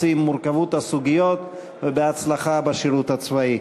נמנע, אחד הצביע נוכחות.